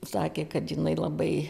sakė kad jinai labai